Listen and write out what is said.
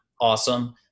awesome